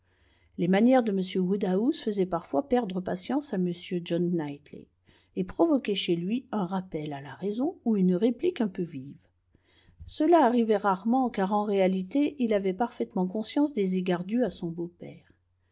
les manières de m woodhouse faisaient parfois perdre patience à m john knightley et provoquaient chez lui un rappel à la raison ou une réplique un peu vive cela arrivait rarement car en réalité il avait parfaitement conscience des égards dûs à son beau-père